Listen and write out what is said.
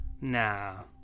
Now